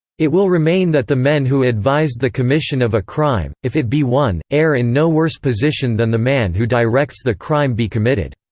it will remain that the men who advised the commission of a crime, if it be one, are in no worse position than the man who directs the crime be committed.